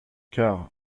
car